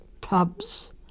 pubs